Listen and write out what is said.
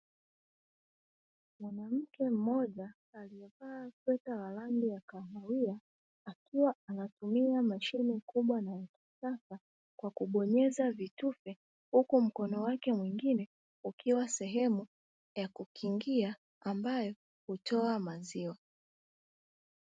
Mwanamke mmoja aliyevaa sweta la rangi ya kahawia, akiwa anatumia mashine kubwa na ya kisasa kwa kubonyeza vitufe huku mkono wake mwingine ukiwa sehemu ya kukingia ambayo hutoa maziwa.